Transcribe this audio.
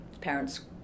parents